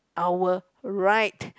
our right